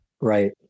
Right